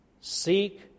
Seek